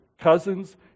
cousins